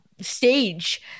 stage